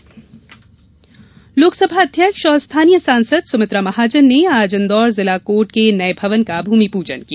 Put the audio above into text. जिला कोर्ट लोकसभा अध्यक्ष और स्थानीय सांसद सुमित्रा महाजन ने आज इंदौर जिला कोर्ट के नए भवन का भूमिपूजन किया